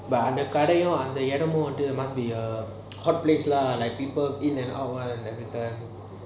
அந்த கடையும் அந்த இடமும்:antha kadayum antha eadamum must be a hot place ah like people eat and out